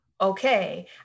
okay